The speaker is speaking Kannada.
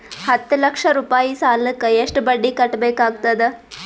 ಹತ್ತ ಲಕ್ಷ ರೂಪಾಯಿ ಸಾಲಕ್ಕ ಎಷ್ಟ ಬಡ್ಡಿ ಕಟ್ಟಬೇಕಾಗತದ?